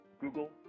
Google